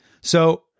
So-